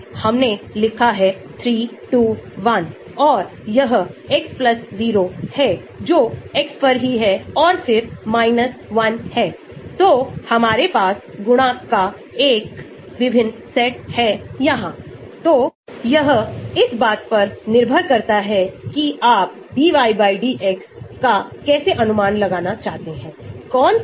Anion का रूप अथवा यह रूप लेकिन Anion का रूप सक्रिय एंटी बैक्टीरियल एजेंट है जो न्यूट्रल रूप नहीं है क्योंकि अगर आप पैरा एमिनो बेंजोइक एसिड को देखते हैं तो यह बैक्टीरिया के लिए सब्सट्रेट है और यह सल्फा दवाएं भी उसी तरह दिखती हैं एक प्रतिस्पर्धी अवरोध जो हो रहा है और इसलिए सल्फा औषधि अधिनियम